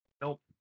Nope